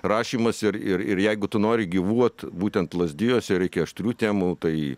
rašymas ir ir jeigu tu nori gyvuot būtent lazdijuose reikia aštrių temų tai